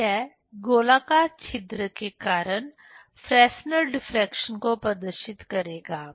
तो यह गोलाकार छिद्र के कारण फ्रेस्नेल डिफ्रेक्शन को प्रदर्शित करेगा